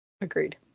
Agreed